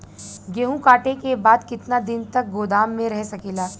गेहूँ कांटे के बाद कितना दिन तक गोदाम में रह सकेला?